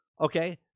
Okay